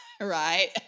right